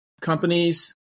companies